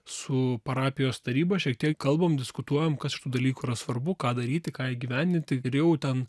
su parapijos taryba šiek tiek kalbam diskutuojam kas iš tų dalykų yra svarbu ką daryti ką įgyvendinti ir jau ten